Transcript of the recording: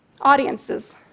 Audiences